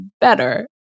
better